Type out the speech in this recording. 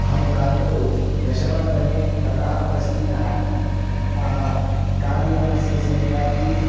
अहं रात्रौ दशवादने ततः प्रस्थितः कार्यानस्य संख्यापि